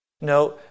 No